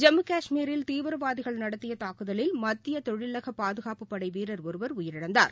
ஜம்மு கஷ்மீரில் தீவிரவாதிகள் நடத்தியதாக்குதலில் மத்தியதொழிலகபாதுகாப்புப்படைவீரர் ஒருவா உயிரிழந்தார்